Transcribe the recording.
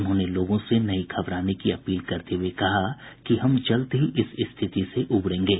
उन्होंने लोगों से नहीं घबराने की अपील करते हुए कहा कि हम जल्द ही इस स्थिति से उबरेंगे